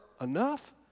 enough